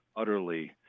utterly